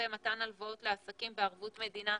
ומתן הלוואות לעסקים בערבות מדינה,